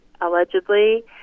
allegedly